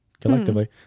collectively